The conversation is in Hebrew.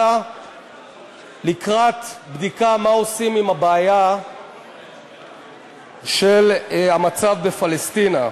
אלא לקראת בדיקה מה עושים עם הבעיה של המצב בפלשתינה.